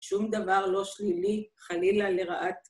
שום דבר לא שלילי, חלילה לרעת...